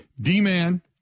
D-Man